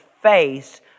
face